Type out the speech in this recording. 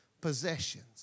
possessions